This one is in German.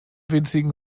winzigen